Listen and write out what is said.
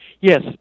Yes